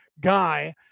guy